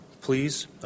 Please